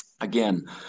again